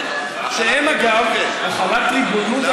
אבל החלת ריבונות, כן.